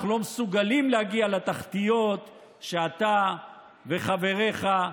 אנחנו לא מסוגלים להגיע לתחתיות שאתה וחבריך,